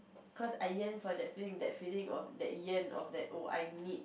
cause I yearn for that feeling that feeling of that yearn of that oh I need